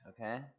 okay